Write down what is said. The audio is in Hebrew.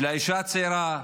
של האישה הצעירה.